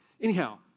Anyhow